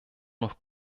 noch